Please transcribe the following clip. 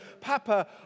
Papa